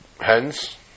Hence